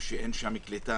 אבל אין ספק שיהיה חסר.